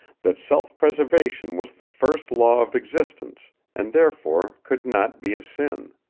that self-preservation was the first law of existence, and therefore could not be a sin.